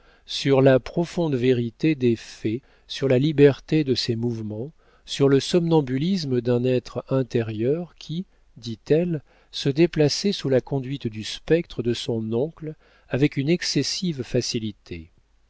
sur la profonde vérité des faits sur la liberté de ses mouvements sur le somnambulisme d'un être intérieur qui dit-elle se déplaçait sous la conduite du spectre de son oncle avec une excessive facilité